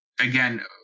again